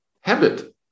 habit